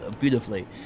beautifully